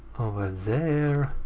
over there,